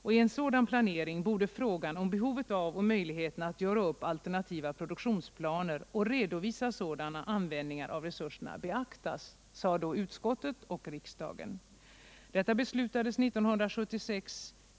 I en sådan planering borde frågan om behovet av och möjligheten att göra upp alternativa produktionsplaner och redovisa sådana användningar av resurserna beaktas, sade utskottet och riksdagen. Detta beslutades 1976.